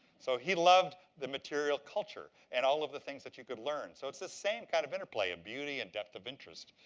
so he loved the material culture, and all of the things that you can learn. so it's the same kind of interplay of beauty and depth of interest.